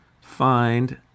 find